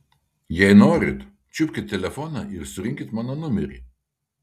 jei norit čiupkit telefoną ir surinkit mano numerį